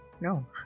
no